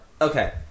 Okay